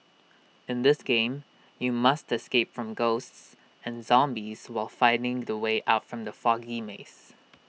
in this game you must escape from ghosts and zombies while finding the way out from the foggy maze